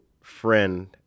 friend